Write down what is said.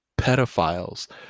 pedophiles